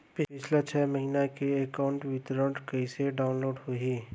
पिछला छः महीना के एकाउंट विवरण कइसे डाऊनलोड होही?